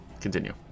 Continue